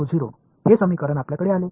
எனவே என்ற சமன்பாடு நமக்கு கிடைத்தது